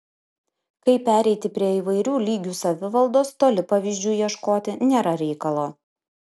kaip pereiti prie įvairių lygių savivaldos toli pavyzdžių ieškoti nėra reikalo